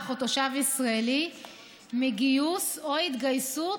או תושב ישראלי מגיוס או התגייסות,